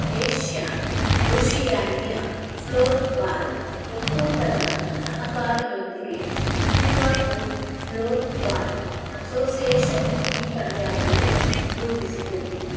Asia Oceania floorball ಒಕ್ಕೂಟದ ಸಹಕಾರದೊಂದಿಗೆ Singapore floorball association ಈ ಪಂದ್ಯಾವಳಿಯನ್ನು ರೂಪಿಸಿತು